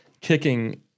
kicking